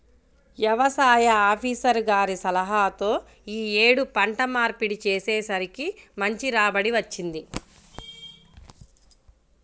యవసాయ ఆపీసర్ గారి సలహాతో యీ యేడు పంట మార్పిడి చేసేసరికి మంచి రాబడి వచ్చింది